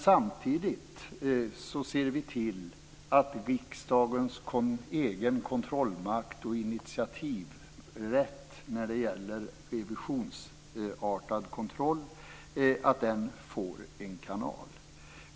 Samtidigt ser vi till att riksdagens egen kontrollmakt och initiativrätt när det gäller revisionsartad kontroll får en kanal.